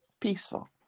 Peaceful